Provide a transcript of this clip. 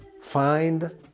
find